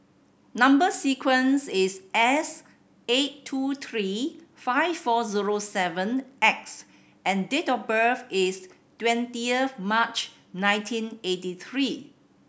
number sequence is S eight two three five four zero seven X and date of birth is twentieth of March nineteen eighty three